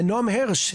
נעם הירש,